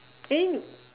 then